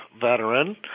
veteran